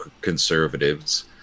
conservatives